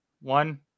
One